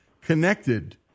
connected